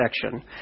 section